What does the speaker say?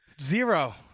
Zero